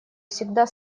всегда